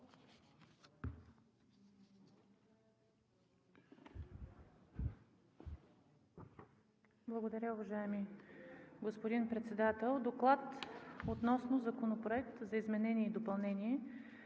Благодаря, уважаеми господин Председател. „ДОКЛАД относно Законопроект за изменение и допълнение